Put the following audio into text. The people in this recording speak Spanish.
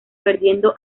perdiendo